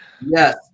Yes